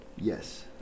yes